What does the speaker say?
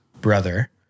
brother